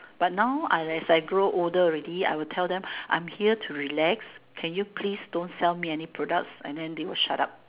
but now I as I grow older already I will tell them I'm here to relax can you please don't sell me any products and then they will shut up